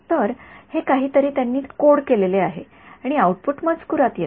तर हे काहीतरी त्यांनी कोड केलेले आहे आणि आउटपुट मजकूरात येते